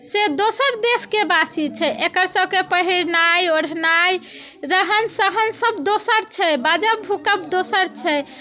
से दोसर देशके बासी छै एकर सबके पहिरनाइ ओढ़नाइ रहन सहन सब दोसर छै बाजब भूकब दोसर छै